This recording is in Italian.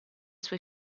sue